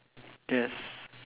yes